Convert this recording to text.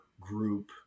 group